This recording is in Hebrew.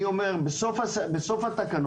אני אומר, בסוף התקנות